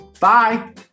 Bye